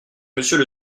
monsieur